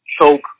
Choke